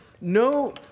no